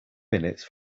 minutes